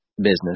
business